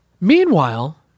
Meanwhile